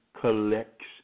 collects